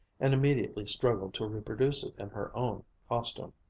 and immediately struggled to reproduce it in her own costume.